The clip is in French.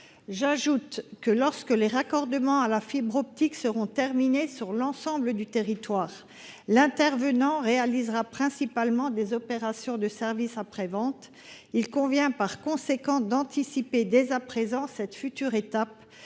J'ajoute que, lorsque les raccordements à la fibre optique seront terminés sur l'ensemble du territoire, l'intervenant réalisera principalement des opérations de service après-vente. Il convient donc d'anticiper dès à présent cette future étape.